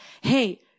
Hey